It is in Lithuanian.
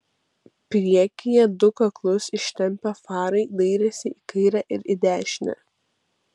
priekyje du kaklus ištempę farai dairėsi į kairę ir į dešinę